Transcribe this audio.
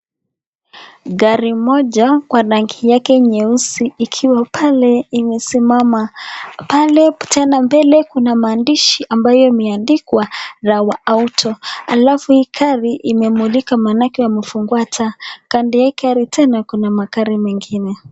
Gari moja Kwa rangi yake nyeusi ikiwa pale imesimama ,pale tena mbele kuna maandishi ambayo imeandikwa Rawa Auto, halafu hii gari imemulika maanake wamefungua taa, Kando ya hii gari tena kuna magari mengine.